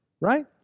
right